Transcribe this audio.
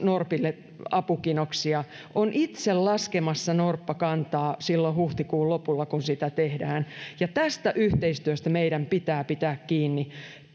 norpille apukinoksia ja on itse laskemassa norppakantaa silloin huhtikuun lopulla kun sitä tehdään ja tästä yhteistyöstä meidän pitää pitää kiinni